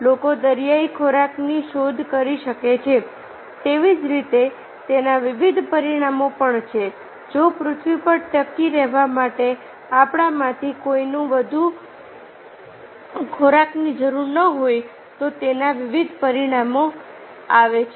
લોકો દરિયાઈ ખોરાકની શોધ કરી શકે છે તેવી જ રીતે તેના વિવિધ પરિણામો પણ છે જો પૃથ્વી પર ટકી રહેવા માટે આપણામાંથી કોઈને વધુ ખોરાકની જરૂર ન હોય તો તેના વિવિધ પરિણામો આવે છે